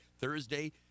Thursday